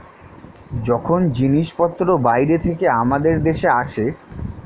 যখন জিনিসপত্র বাইরে থেকে আমাদের দেশে আসে